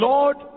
Lord